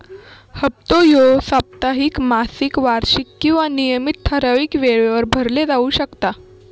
हप्तो ह्यो साप्ताहिक, मासिक, वार्षिक किंवा नियमित ठरावीक वेळेवर भरलो जाउ शकता